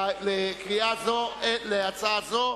להצעה זו